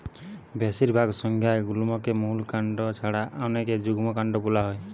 বেশিরভাগ সংজ্ঞায় গুল্মকে মূল কাণ্ড ছাড়া অনেকে যুক্তকান্ড বোলা হয়